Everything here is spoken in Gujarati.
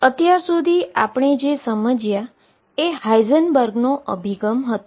અત્યાર સુધી આપણે જે સમજ્યા એ હાઇઝનબર્ગના અભિગમ હતો